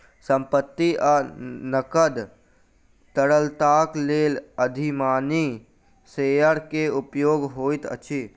संपत्ति आ नकद तरलताक लेल अधिमानी शेयर के उपयोग होइत अछि